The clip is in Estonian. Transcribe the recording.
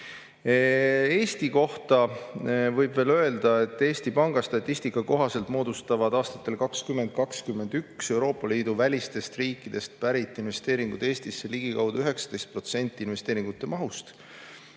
Eesti kohta võib veel öelda, et Eesti Panga statistika kohaselt moodustasid aastatel 2020–2021 Euroopa Liidu välistest riikidest pärit investeeringud Eestisse ligikaudu 19% investeeringute mahust.